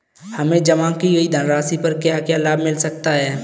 हमें जमा की गई धनराशि पर क्या क्या लाभ मिल सकता है?